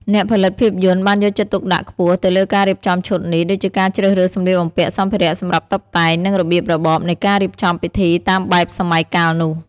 អ្នកផលិតភាពយន្តបានយកចិត្តទុកដាក់ខ្ពស់ទៅលើការរៀបចំឈុតនេះ ដូចជាការជ្រើសរើសសម្លៀកបំពាក់ សម្ភារៈសម្រាប់តុបតែង និងរបៀបរបបនៃការរៀបចំពិធីតាមបែបសម័យកាលនោះ។